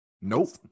Nope